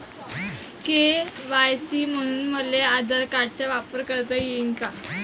KYC म्हनून मले आधार कार्डाचा वापर करता येईन का?